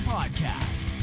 Podcast